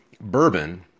bourbon